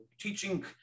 teaching